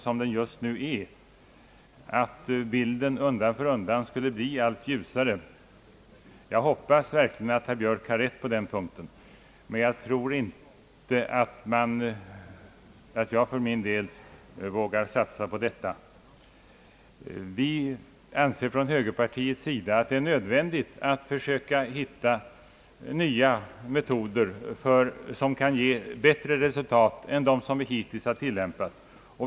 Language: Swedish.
såsom den just nu är och som om han menade att bilden undan för undan skulle bli allt ljusare. Jag hoppas verkligen att herr Björk har rätt på denna punkt, men jag tror inte att jag för min del vågar lita på detta. Vi anser inom högerpartiet att det är nödvändigt att också försöka finna nya metoder som kan ge bättre resultat än dem som vi hittills tillämpat.